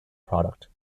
product